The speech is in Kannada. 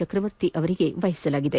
ಚಕ್ರವರ್ತಿ ಅವರಿಗೆ ವಹಿಸಲಾಗಿದೆ